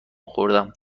خوردم